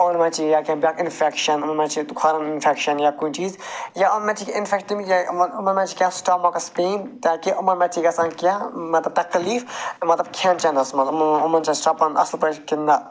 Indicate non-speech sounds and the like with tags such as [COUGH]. یِمَن مَہ چھِ یا کیٛنٛہہ [UNINTELLIGIBLE] اِنفٮ۪کشَن یِمَن مَہ چھِ ییٚتہِ کھۄرَن اِنفٮ۪کشَن یا کُنۍ چیٖز یا یِمَن مَہ چھِ کیٚنٛہہ [UNINTELLIGIBLE] تِم یا یِمَن یِمَن مَہ چھِ کیٚنٛہہ سٕٹامَکَس پین تاکہِ یِمَن مَہ چھِ گَژھان کیٚنٛہہ مَطلَب تَکلیٖف مَطلَب کھٮ۪ن چٮ۪نَس مَنٛز [UNINTELLIGIBLE] یِمَن چھےٚ شرٛۄپان اصٕل پٲٹھۍ کِنۍ نَہ